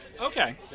Okay